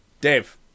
Dave